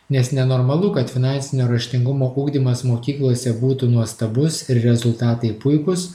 nes nenormalu kad finansinio raštingumo ugdymas mokyklose būtų nuostabus ir rezultatai puikūs